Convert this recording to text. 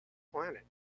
planet